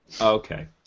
Okay